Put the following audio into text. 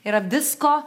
yra visko